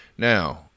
Now